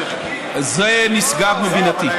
זה נשגב מבינתי.